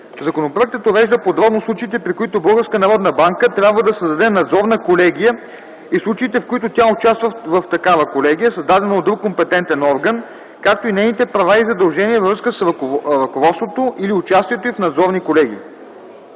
Законопроектът урежда подробно случаите, при които Българската народна банка трябва да създаде надзорна колегия и случаите, в които тя участва в такава колегия, създадена от друг компетентен орган, както и нейните права и задължения във връзка с ръководството или участието й в надзорни колегии.